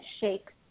shakes